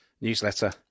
newsletter